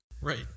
Right